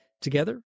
Together